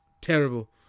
terrible